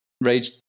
Rage